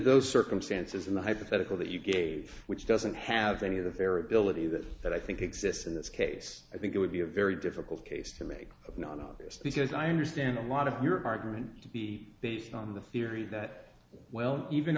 in the hypothetical that you gave which doesn't have any of the variability that that i think exists in this case i think it would be a very difficult case to make of non obvious because i understand a lot of your argument to be based on the theory that well even